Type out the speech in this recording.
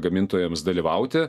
gamintojams dalyvauti